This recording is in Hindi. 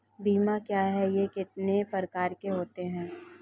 बीमा क्या है यह कितने प्रकार के होते हैं?